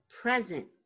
present